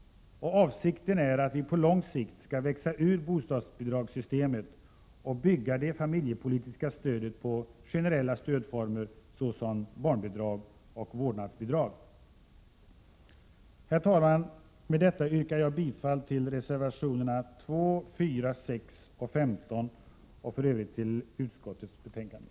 Avsikten är att vi på lång sikt skall växa ur bostadsbidragssystemet och bygga det familjepolitiska stödet på generella stödformer såsom barnbidrag och vårdnadsbidrag. Herr talman! Med detta yrkar jag bifall till reservationerna 2, 4, 6 och 15 och i övrigt till utskottets hemställan.